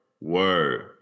word